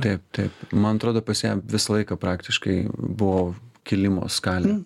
taip taip man atrodo pas ją visą laiką praktiškai buvo kilimo skalė